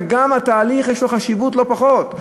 וגם התהליך יש לו חשיבות לא פחותה,